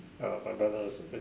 ah my brother also bri~